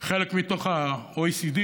חלק מתוך ה-OECD,